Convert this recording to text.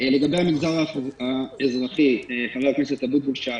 לגבי המגזר האזרחי, חבר הכנסת אבוטבול שאל.